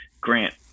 Grant